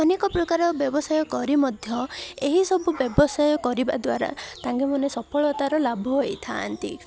ଅନେକ ପ୍ରକାର ବ୍ୟବସାୟ କରି ମଧ୍ୟ ଏହିସବୁ ବ୍ୟବସାୟ କରିବା ଦ୍ୱାରା ତାଙ୍କେମାନେ ସଫଳତାର ଲାଭ ହେଇଥାନ୍ତି